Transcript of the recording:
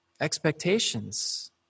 expectations